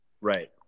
right